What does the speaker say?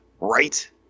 right